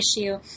issue